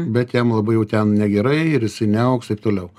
bet jam labai jau ten negerai ir jisai neaugs taip toliau